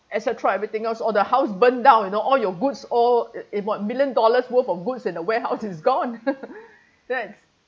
et cetera everything else or the house burned down you know all your goods al in what million dollars worth of goods in a warehouse is gone right